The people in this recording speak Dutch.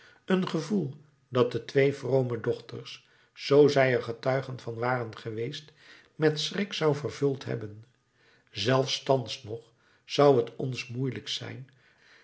een gevoel dat de twee vrome dochters zoo zij er getuigen van waren geweest met schrik zou vervuld hebben zelfs thans nog zou t ons moeielijk zijn